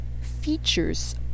features